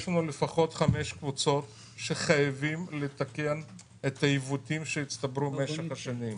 יש לנו לפחות חמש קבוצות שחייבים לתקן את העיוותים שהצטברו במשך השנים.